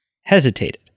hesitated